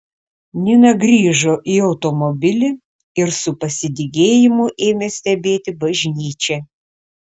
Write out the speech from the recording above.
nina grįžo į automobilį ir su pasidygėjimu ėmė stebėti bažnyčią